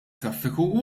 traffiku